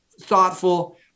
thoughtful